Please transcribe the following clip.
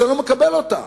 שאני לא מקבל אותה,